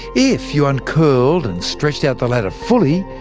if you uncurled and stretched out the ladder fully,